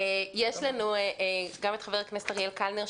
לנו גם את חבר הכנסת אריאל קלנר,